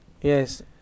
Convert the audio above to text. yes